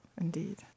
indeed